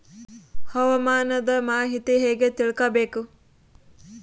ಹವಾಮಾನದ ಮಾಹಿತಿ ಹೇಗೆ ತಿಳಕೊಬೇಕು?